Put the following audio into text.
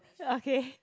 okay